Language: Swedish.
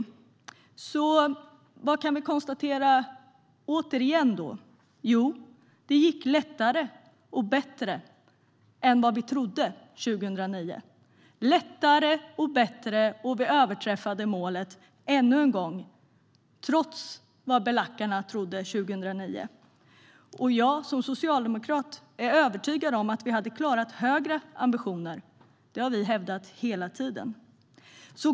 Vad kan vi konstatera återigen? Jo, att det gick lättare och bättre än vad vi trodde 2009. Det gick lättare och bättre, och vi överträffade målet än en gång, trots vad belackarna trodde 2009. Jag som socialdemokrat är övertygad om att vi hade klarat högre ambitioner. Det har vi hävdat hela tiden.